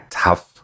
tough